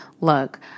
Look